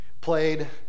played